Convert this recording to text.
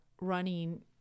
running –